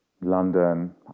London